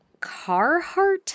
Carhartt